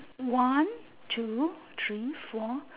one two three four